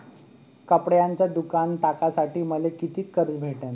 कपड्याचं दुकान टाकासाठी मले कितीक कर्ज भेटन?